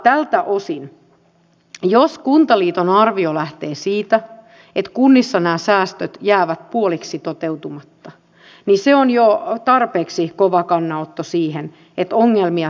tältä osin jos kuntaliiton arvio lähtee siitä että kunnissa nämä säästöt jäävät puoliksi toteutumatta se on jo tarpeeksi kova kannanotto siihen että ongelmia saattaa tulla